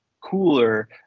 cooler